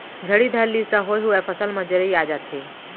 झड़ी धर लिस त होए हुवाय फसल म जरई आ जाथे